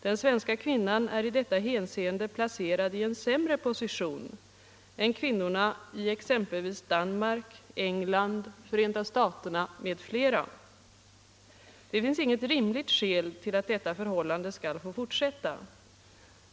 Den svenska kvinnan är i detta hänseende placerad i en sämre position än kvinnorna i länder som Danmark, England, Förenta staterna m.fl. Det finns inget rimligt skäl till att detta förhållande skall få fortsätta.